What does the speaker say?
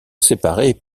séparés